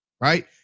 right